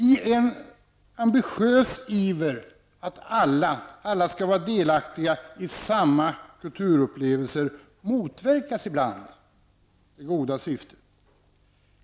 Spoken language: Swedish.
I en ambitionsiver att alla skall vara delaktiga i samma kulturupplevelser motverkas ibland det goda syftet.